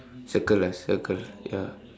circle ah circle ya